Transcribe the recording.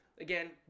Again